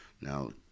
Now